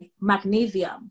magnesium